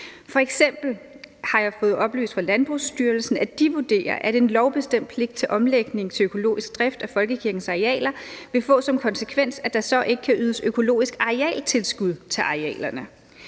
har jeg fået oplyst fra Landbrugsstyrelsen, at de vurderer, at en lovbestemt pligt til omlægning til økologisk drift af folkekirkens arealer vil få som konsekvens, at der så ikke kan ydes økologisk arealtilskud til arealerne.